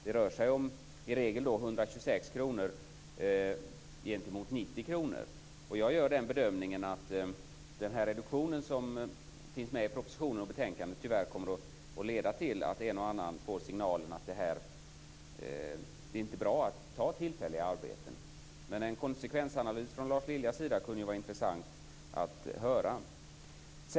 Det rör sig i regel om 126 kr gentemot 90 kr. Jag gör bedömningen att det förslag om reduktion som finns med i propositionen och betänkandet tyvärr kommer att leda till att en och annan får signalen att det inte är bra att ta tillfälliga arbeten. En konsekvensanalys från Lars Liljas sida kunde vara intressant att höra.